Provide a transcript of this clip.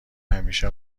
همیشه